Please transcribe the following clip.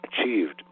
achieved